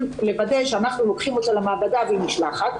לוודא שאנחנו לוקחים אותה למעבדה והיא נשלחת.